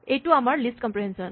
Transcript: এইটো আমাৰ list comprehension